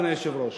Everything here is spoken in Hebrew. אדוני היושב-ראש?